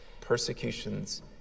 persecutions